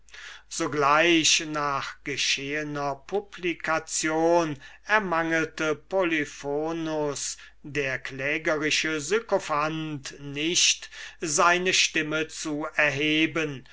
sogleich nach geschehener publication ermangelte polyphonus der klägerische sykophant nicht seine stimme zu erheben